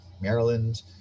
Maryland